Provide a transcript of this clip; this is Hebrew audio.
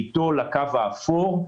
לאטו לקו האפור.